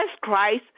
Christ